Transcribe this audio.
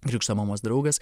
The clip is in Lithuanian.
krikšto mamos draugas